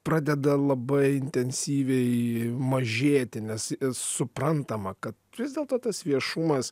pradeda labai intensyviai mažėti nes suprantama kad vis dėlto tas viešumas